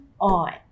on